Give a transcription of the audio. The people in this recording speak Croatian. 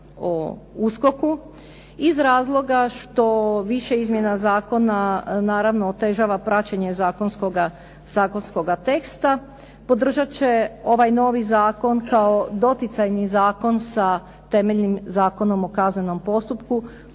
o USKOK-u iz razloga što više izmjena zakona naravno otežava praćenje zakonskoga teksta. Podržat će ovaj novi zakon kao doticajni zakon sa temeljnim Zakonom o kaznenom postupku